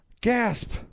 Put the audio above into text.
Gasp